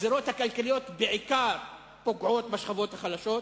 הגזירות הכלכליות פוגעות בעיקר בשכבות החלשות,